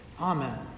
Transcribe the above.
Amen